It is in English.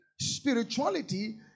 spirituality